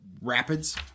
rapids